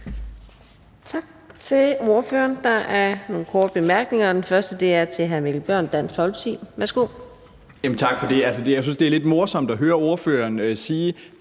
Tak til ordføreren. Der er nogle korte bemærkninger, og den første er til hr. Mikkel Bjørn, Dansk Folkeparti. Værsgo. Kl. 18:44 Mikkel Bjørn (DF): Tak for det. Jeg synes, det er lidt morsomt at høre ordføreren sige,